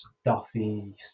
stuffy